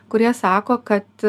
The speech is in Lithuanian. kurie sako kad